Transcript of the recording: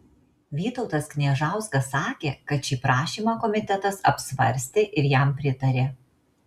vytautas kniežauskas sakė kad šį prašymą komitetas apsvarstė ir jam pritarė